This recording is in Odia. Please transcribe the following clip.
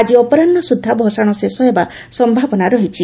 ଆଜି ଅପରାହ୍ବ ସୁଦ୍ଧା ଭସାଣ ଶେଷ ହେବା ସମ୍ଭାବନା ରହିଛି